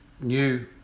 new